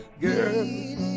girl